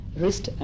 wrist